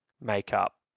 makeup